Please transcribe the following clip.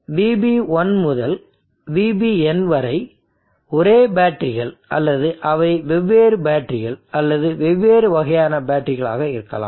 VB1 முதல் VBn வரை ஒரே பேட்டரிகள் அல்லது அவை வெவ்வேறு பேட்டரிகள் அல்லது வெவ்வேறு வகையான பேட்டரிகளாக இருக்கலாம்